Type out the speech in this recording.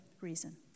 reason